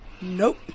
Nope